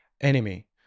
enemy